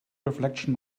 reflection